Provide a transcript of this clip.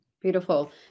Beautiful